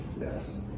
Yes